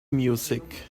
music